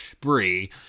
Brie